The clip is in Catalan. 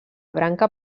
branca